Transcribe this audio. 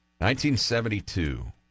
1972